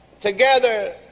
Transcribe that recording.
together